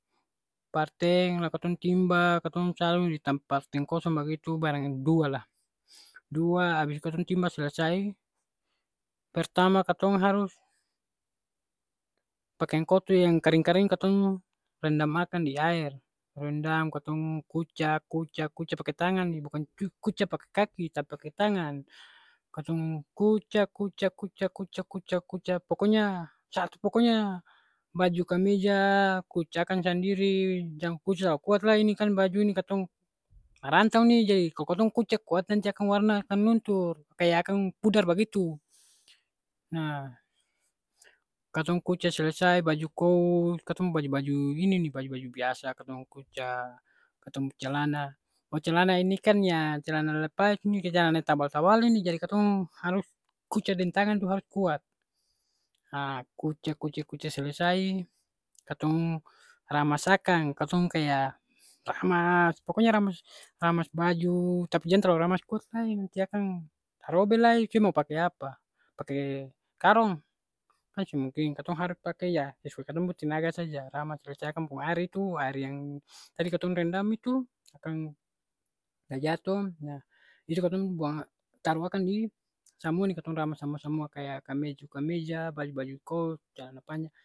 Parteng la katong timba, katong taru di tampa steng kosong bagitu barang dua lah. Dua abis itu katong timba selesai, pertama katong harus, pakiang kotor yang karing-karing katong rendam akang di aer. Rendam katong kuca kuca kuca pake tangan ni bukan cu kuca pake kaki tapi pake tangan. Katong kuca kuca kuca kuca kuca kuca, pokonya sat pokonya baju kameja kuca akang sandiri, jang kuca talalu kuat lai ini kan baju ni katong marantau ni, jadi kalo katong kuca kuat nanti akang warna kan luntur, kaya akang pudar bagitu. Nah, katong kuca selesai, baju kous, katong baju-baju ini ni baju-baju biasa katong kuca, katong pung celana, kalo celana ini kan ya celan lepais ni, cacalana tabal-tabal ini jadi katong harus kuca deng tangan tu harus kuat. Ha kuca kuca kuca selesai, katong ramas akang. Katong kaya ramas, pokonya ramas, ramas baju, tapi jang talu ramas kuat lai nanti akang tarobe lai se mo pake apa? Pake karong? Kan seng mungkin, katong harus pake ya sesuai katong pung tenaga saja. Ramas. Berarti akang pung aer itu, aer yang tadi katong rendam itu akang tajato, nah itu katong taro akang di samua ni katong ramas samua-samua, kaya kame cu kameja, baju-baju kos, calana panjang